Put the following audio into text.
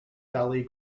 valley